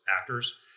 actors